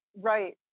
Right